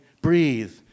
breathe